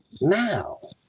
now